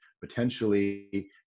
potentially